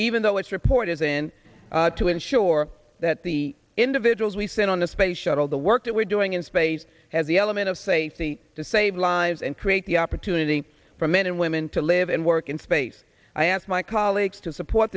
even though its report is in to ensure that the individuals we sit on the space shuttle the work that we're doing in space has the element of safety to save lives and create the opportunity for men and women to live and work in space i ask my colleagues to support